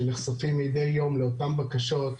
שנחשפים מדי יום לאותן בקשות,